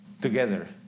together